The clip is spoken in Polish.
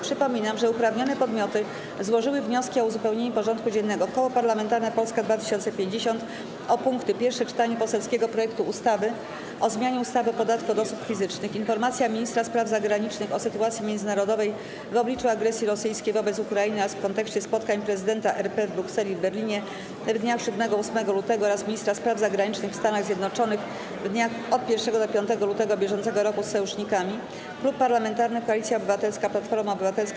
Przypominam, że uprawnione podmioty złożyły wnioski o uzupełnienie porządku dziennego: - Koło Parlamentarne Polska 2050 o punkty: - Pierwsze czytanie poselskiego projektu ustawy o zmianie ustawy o podatku od osób fizycznych, - Informacja Ministra Spraw Zagranicznych o sytuacji międzynarodowej w obliczu agresji rosyjskiej wobec Ukrainy oraz w kontekście spotkań Prezydenta RP w Brukseli i w Berlinie w dniach 7-8 lutego br. oraz Ministra Spraw Zagranicznych w Stanach Zjednoczonych w dniach 1-5 lutego br. z sojusznikami; - Klub Parlamentarny Koalicja Obywatelska - Platforma Obywatelska,